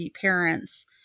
parents